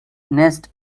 nest